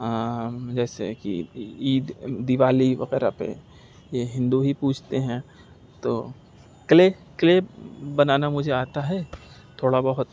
جیسے کہ عید دیوالی وغیرہ پہ یہ ہندو ہی پوجتے ہیں تو کلے کلے بنانا مجھے آتا ہے تھوڑا بہت